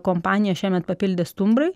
kompaniją šiemet papildė stumbrai